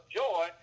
joy